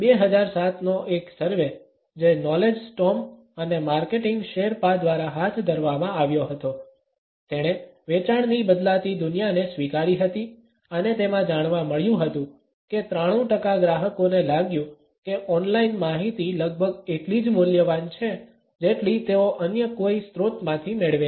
2007 નો એક સર્વે જે નોલેજ સ્ટોર્મ અને માર્કેટિંગ શેરપા દ્વારા હાથ ધરવામાં આવ્યો હતો તેણે વેચાણની બદલાતી દુનિયાને સ્વીકારી હતી અને તેમાં જાણવા મળ્યું હતું કે 93 ટકા ગ્રાહકોને લાગ્યું કે ઓનલાઈન માહિતી લગભગ એટલી જ મૂલ્યવાન છે જેટલી તેઓ અન્ય કોઈ સ્રોતમાંથી મેળવે છે